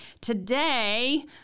Today